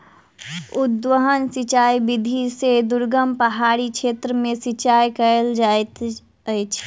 उद्वहन सिचाई विधि से दुर्गम पहाड़ी क्षेत्र में सिचाई कयल जाइत अछि